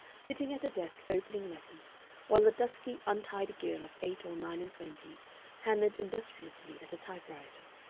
sitting at a desk opening letters while a dusky, untidy girl of eight-or nine-and-twenty hammered industriously at a typewriter.